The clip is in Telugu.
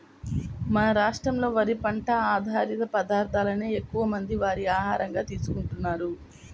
మన రాష్ట్రంలో వరి పంట ఆధారిత పదార్ధాలనే ఎక్కువమంది వారి ఆహారంగా తీసుకుంటున్నారు